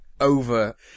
over